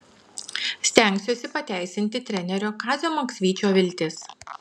stengsiuosi pateisinti trenerio kazio maksvyčio viltis